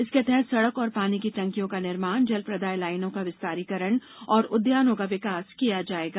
इसके तहत सड़क और पानी की टंकियों का निर्माण जलप्रदाय लाइनों का विस्तारीकरण और उद्यानों का विकास किया जाएगा